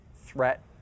threat